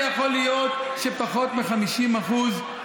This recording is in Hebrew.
לא מגייסים חרדים,